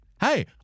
Hey